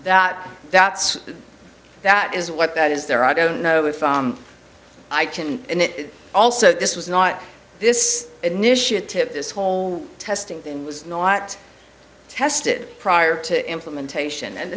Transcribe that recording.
that that's that is what that is there i don't know if i can and it also this was not this initiative this whole testing was not tested prior to implementation and